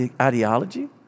ideology